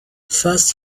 fast